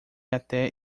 até